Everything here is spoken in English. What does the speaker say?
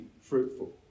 fruitful